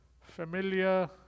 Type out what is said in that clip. familiar